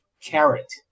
Carrot